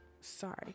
Sorry